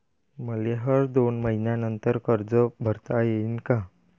मले हर दोन मयीन्यानंतर कर्ज भरता येईन का?